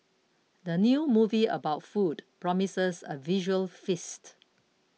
the new movie about food promises a visual feast